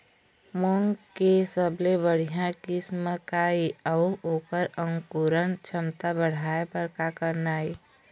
मूंग के सबले बढ़िया किस्म का ये अऊ ओकर अंकुरण क्षमता बढ़ाये बर का करना ये?